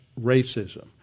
racism